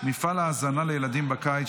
מפעל ההזנה לילדים בקיץ,